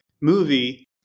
movie